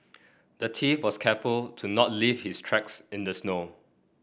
the thief was careful to not leave his tracks in the snow